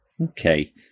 Okay